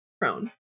prone